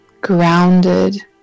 grounded